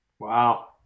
Wow